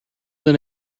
than